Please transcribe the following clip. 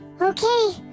Okay